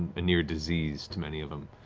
a near-disease to many of them.